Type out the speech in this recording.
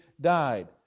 died